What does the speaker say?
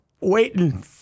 waiting